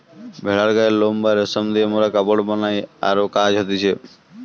ভেড়ার গায়ের লোম বা রেশম দিয়ে মোরা কাপড় বানাই আরো কাজ হতিছে